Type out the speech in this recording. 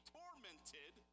tormented